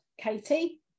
Katie